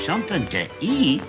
something to eat